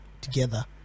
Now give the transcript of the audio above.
together